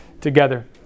together